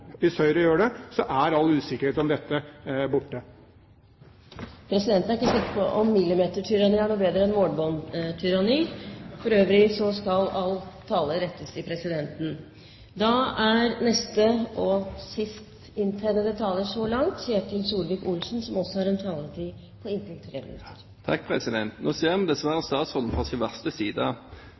Hvis Høyre gjør det, er all usikkerhet om dette borte. Presidenten er ikke sikker på om «millimetertyranni» er noe bedre enn «målebåndtyranni». For øvrig skal all tale rettes til presidenten. Nå ser vi dessverre statsråden fra sin verste side. Statsråden vil ikke selv forplikte seg til å bygge Mongstad for enhver pris. Dermed er det statsråden som har gått vekk fra